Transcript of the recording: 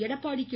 Edappadi K